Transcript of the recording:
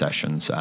sessions